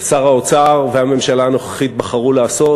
ושר האוצר והממשלה הנוכחית בחרו לעשות,